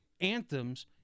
anthems